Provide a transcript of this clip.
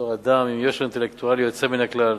בתור אדם עם יושר אינטלקטואלי יוצא מן הכלל.